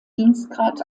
dienstgrad